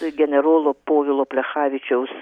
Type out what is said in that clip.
generolo povilo plechavičiaus